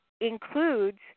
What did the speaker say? includes